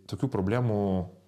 tokių problemų